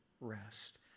rest